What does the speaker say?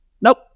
Nope